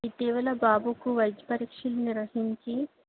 ఇటీవల బాబుకు వైద్య పరీక్షలు నిర్వహించి